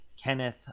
Kenneth